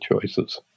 choices